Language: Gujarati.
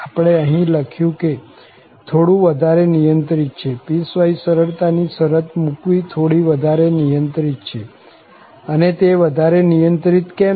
આપણે અહીં લખ્યું કે થોડું વધારે નિયંત્રિત છે પીસવાઈસ સરળતા ની શરત મુકવી થોડી વધારે નિયંત્રિત છે અને તે વધારે નિયંત્રિત કેમ છે